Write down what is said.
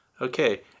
Okay